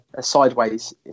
sideways